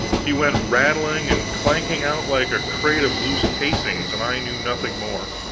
he went rattling and clanking out like a crate of loose castings, and i knew nothing more.